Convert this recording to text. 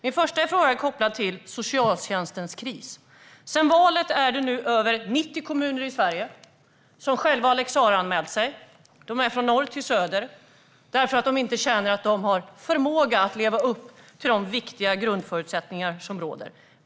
Min första fråga är kopplad till socialtjänstens kris. Sedan valet har över 90 kommuner i Sverige, från norr till söder, själva lex Sarah-anmält sig, eftersom de inte känner att de har förmåga att leva upp till de rådande kraven.